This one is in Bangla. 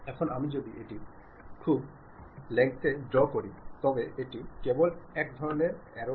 এখন আমি যদি এটি খুব লং লেংথে ড্রও করি তবে এটি কেবল এক ধরণের অ্যারো